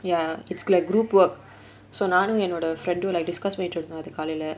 ya it's gl~ group work so நானும் என்னோட:naanum ennoda friend like discuss பண்ணிட்டு இருந்தோம்:pannittu irunthom